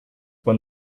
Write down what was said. when